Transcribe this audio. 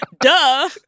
Duh